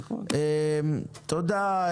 תודה,